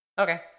Okay